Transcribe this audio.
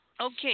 Okay